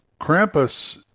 Krampus